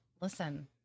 listen